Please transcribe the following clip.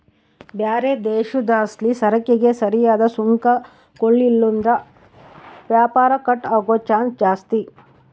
ಬ್ಯಾರೆ ದೇಶುದ್ಲಾಸಿಸರಕಿಗೆ ಸರಿಯಾದ್ ಸುಂಕ ಕೊಡ್ಲಿಲ್ಲುದ್ರ ವ್ಯಾಪಾರ ಕಟ್ ಆಗೋ ಚಾನ್ಸ್ ಜಾಸ್ತಿ